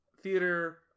theater